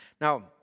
Now